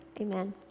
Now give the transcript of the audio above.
amen